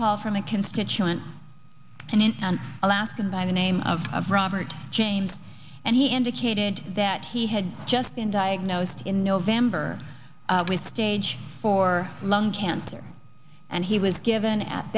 call from a constituent and in town alaska by the name of robert james and he indicated that he had just been diagnosed in november with stage four lung cancer and he was given at